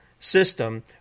System